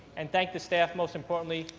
and thank the staff most importantly,